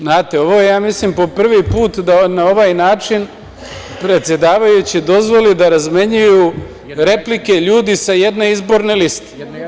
Znate, ovo je ja mislim po prvi put da na ovaj način predsedavajući dozvoli da razmenjuju replike ljudi sa jedne izborne liste.